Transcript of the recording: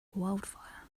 wildfire